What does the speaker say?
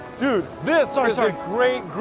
do this. sorry sorry. great